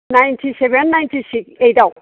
ninety seven ninety eight आव